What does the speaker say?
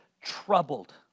troubled